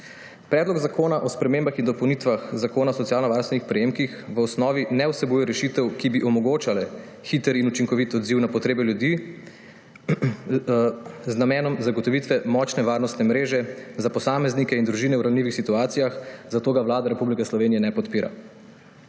Predlog zakona o spremembah in dopolnitvah Zakona o socialno varstvenih prejemkih v osnovi ne vsebuje rešitev, ki bi omogočale hiter in učinkovit odziv na potrebe ljudi z namenom zagotovitve močne varnostne mreže za posameznike in družine v ranljivih situacijah, zato ga Vlada Republike Slovenije ne podpira.